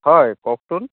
হয় কওকচোন